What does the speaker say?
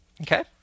Okay